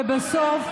ובסוף,